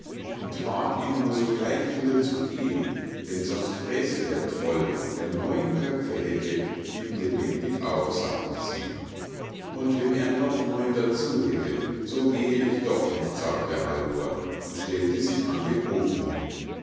und bat ihn nur sogleich wieder zu gehen denn sonst fräße der troll der neun köpfe hätte ihn lebendig auf sagte sie und wenn er noch neun dazu hätte so gehe ich doch nicht sagte halvor und stellte sich an den ofen hin